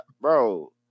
bro